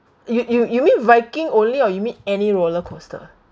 you you you mean viking only or you mean any roller coaster